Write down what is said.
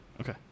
Okay